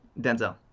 Denzel